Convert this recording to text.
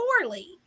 poorly